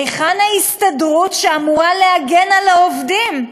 היכן ההסתדרות, שאמורה להגן על העובדים?